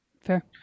Fair